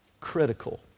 critical